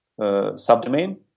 subdomain